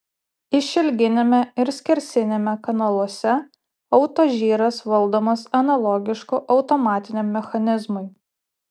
išilginiame ir skersiniame kanaluose autožyras valdomas analogišku automatiniam mechanizmu